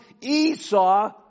esau